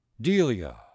Delia